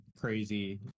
crazy